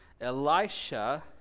Elisha